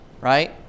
right